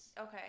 Okay